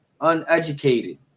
uneducated